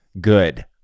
good